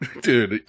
Dude